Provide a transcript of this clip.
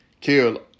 kill